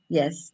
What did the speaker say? yes